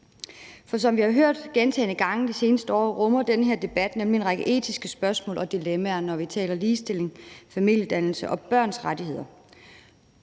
For som vi har hørt gentagne gange det seneste år, rummer den her debat nemlig en række etiske spørgsmål og dilemmaer, når vi taler ligestilling, familiedannelse og børns rettigheder;